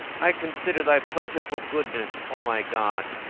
i consider thy plentiful goodness, o my god,